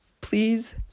please